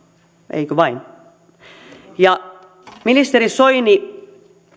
eikö vain ministeri soini